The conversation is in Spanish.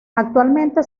actualmente